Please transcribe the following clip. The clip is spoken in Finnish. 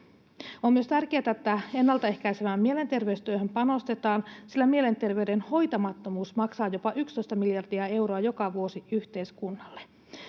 On myös tärkeätä, että ennaltaehkäisevään mielenterveystyöhön panostetaan, sillä mielenterveyden hoitamattomuus maksaa jopa 11 miljardia euroa joka vuosi yhteiskunnalle.